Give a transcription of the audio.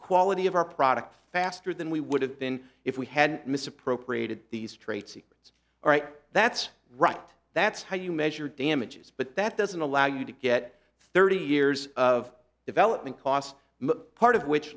quality of our product faster than we would have been if we had misappropriated these traits it's all right that's right that's how you measure damages but that doesn't allow you to get thirty years of development part of which